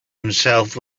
himself